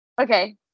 Okay